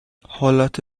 حالت